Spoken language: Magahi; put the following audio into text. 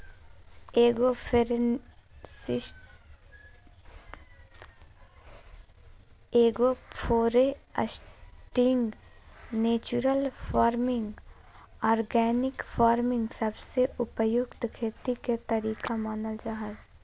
agro foresting, natural farming, organic farming सबसे उपयुक्त खेती के तरीका मानल जा हय